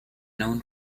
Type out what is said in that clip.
known